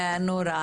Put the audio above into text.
נורה,